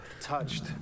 Touched